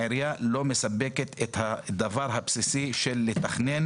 העירייה לא מספקת את הדבר הבסיסי של לתכנן